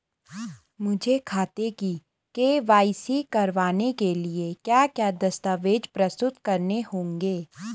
मुझे खाते की के.वाई.सी करवाने के लिए क्या क्या दस्तावेज़ प्रस्तुत करने होंगे?